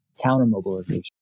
counter-mobilization